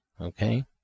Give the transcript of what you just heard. okay